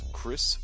Chris